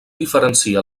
diferencia